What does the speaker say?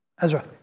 Ezra